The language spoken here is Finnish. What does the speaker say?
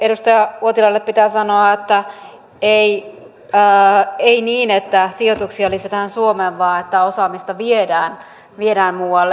edustaja uotilalle pitää sanoa että ei niin että sijoituksia tulisi suomeen vaan että osaamista viedään muualle